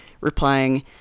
replying